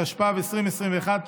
התשפ"ב 2021,